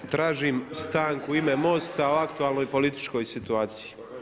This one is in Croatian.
Tražim stanku u ime MOST-a o aktualnoj političkoj situaciji.